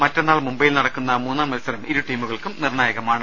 മറ്റന്നാൾ മുംബൈയിൽ നടക്കുന്ന മൂന്നാം മത്സരം ഇരുട്ടീമുകൾക്കും നിർണ്ണായകമാണ്